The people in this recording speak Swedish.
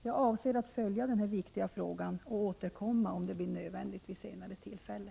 Jag avser emellertid att följa denna viktiga fråga och, om det blir nödvändigt, återkomma vid senare tillfälle.